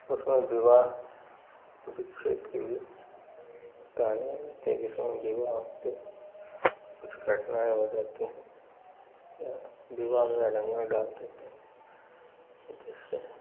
उसके बाद विवाह विच्छेद के लिए कारण के दिशा में विवाह होते हैं हो जाती हैं या विवाह में आडम्बर डाल देते हैं जैसे